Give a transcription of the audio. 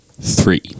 Three